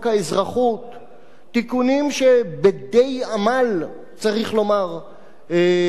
תיקונים שבדי עמל צריך לומר הצלחנו לעבור את